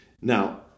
Now